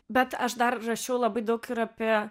bet aš dar rašiau labai daug ir apie